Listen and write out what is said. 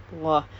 ya